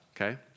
okay